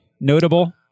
notable